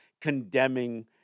condemning